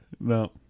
No